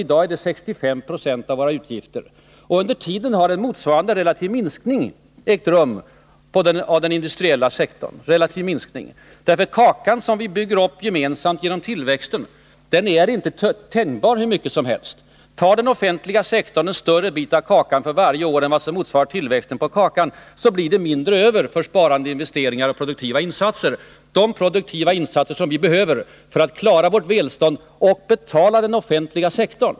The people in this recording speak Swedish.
I dag svarar de för 65 90 av vår bruttonationalprodukt. Under tiden har en motsvarande relativ minskning ägt rum av den industriella sektorn, därför att kakan som vi bygger upp gemensamt genom tillväxten är inte tänjbar hur mycket som helst. Tar den offentliga sektorn en större bit av kakan för varje år än som motsvarar kakans tillväxt, blir det mindre över för sparande, investeringar och produktiva insatser, insatser som vi behöver för att klara vårt välstånd och betala den offentliga sektorn.